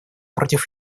против